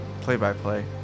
play-by-play